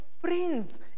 friends